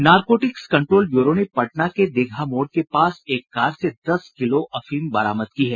narcotics control bureau ने पटना के दीघा मोड़ के पास एक कार से दस किलो अफीम बरामद की है